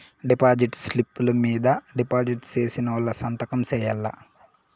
deposit స్లిప్పులు మీద deposit సేసినోళ్లు సంతకం సేయాల్ల